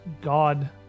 god